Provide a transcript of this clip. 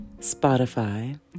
Spotify